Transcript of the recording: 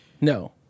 No